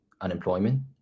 unemployment